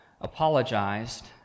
apologized